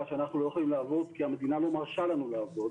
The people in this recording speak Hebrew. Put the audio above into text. שאנחנו לא יכולים לעבוד כי המדינה לא מרשה לנו לעבוד